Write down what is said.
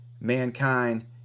mankind